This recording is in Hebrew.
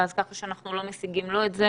כך שאנחנו לא משיגים לא את זה